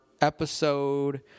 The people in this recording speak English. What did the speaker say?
episode